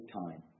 time